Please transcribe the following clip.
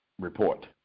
report